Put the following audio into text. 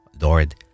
Lord